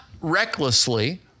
recklessly